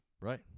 right